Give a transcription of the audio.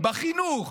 בחינוך,